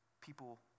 people